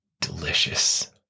delicious